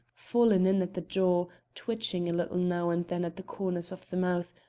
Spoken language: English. fallen in at the jaw, twitching a little now and then at the corners of the mouth,